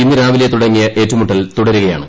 ഇന്ന് രാവിലെ തുടങ്ങിയ ഏറ്റുമുട്ടൽ തുടരുകയാണ്